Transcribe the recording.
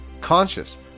conscious